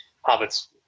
Hobbit's